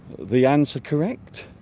the answer correct